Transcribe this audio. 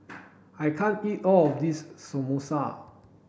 I can't eat all of this Samosa